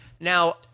now